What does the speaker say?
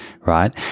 right